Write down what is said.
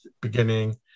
beginning